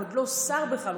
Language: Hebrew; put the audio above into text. הוא עוד לא שר בכלל,